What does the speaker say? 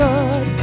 God